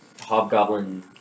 Hobgoblin